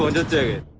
to and do it